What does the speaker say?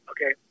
Okay